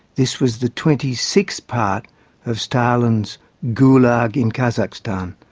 this was the twenty sixth part of stalin's gulag in kazakhstan,